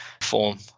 form